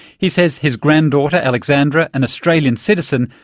he says his granddaughter, alexandra, an australian citizen,